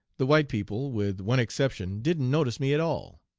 the white people, with one exception, didn't notice me at all.